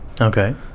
okay